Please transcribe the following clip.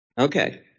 Okay